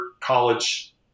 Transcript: college